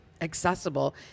accessible